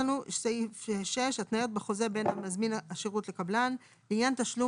התניות בחוזה שבין מזמין השירות לקבלן 6. לעניין תשלום